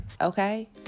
Okay